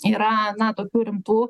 yra na tokių rimtų